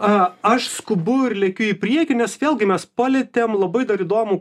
a aš skubu ir lekiu į priekį nes vėlgi mes palietėm labai dar įdomų